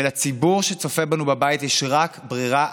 ולציבור שצופה בנו בבית יש רק ברירה אחת,